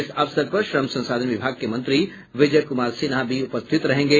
इस अवसर पर श्रम संसाधन विभाग के मंत्री विजय कुमार सिन्हा भी उपस्थित रहेंगे